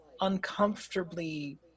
uncomfortably